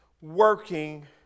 working